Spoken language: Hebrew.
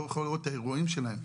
לא יכול לראות את האירועים שלהם.